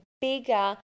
bigger